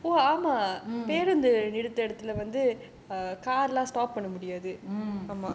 mm mm